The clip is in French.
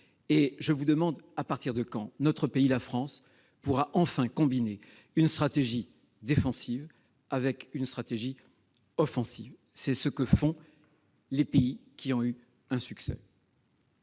je vous le demande : à partir de quand notre pays, la France, pourra-t-il enfin combiner une stratégie défensive avec une stratégie offensive ? C'est ce que font les pays qui ont eu du succès.